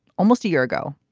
almost a year ago,